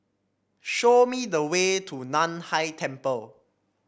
show me the way to Nan Hai Temple